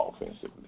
offensively